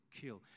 kill